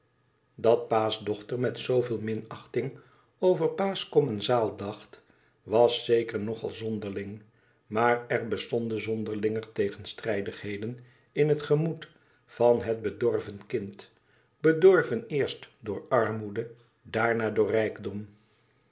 dat pa's dochter met zooveel minachting over pa's commensaal dacht was zeker nog al zonderling maar er bestonden zonderlinger tegepstrijdigheden in het gemoed van het bedorven kind bedorven eerst door armoede daarna door rijkdom